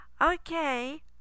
okay